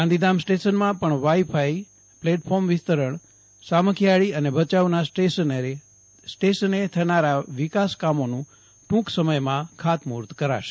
ગાંધીધામ સ્ટેશનમાં પણ wifi platform વિસ્તરણ સામાખિયાળી અને ભયાઉના સ્ટેશને થનારા વિકાસ કામોનું દ્રંક સમયમાં ખાતમુહર્ત કરાશે